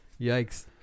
Yikes